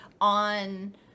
on